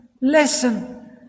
listen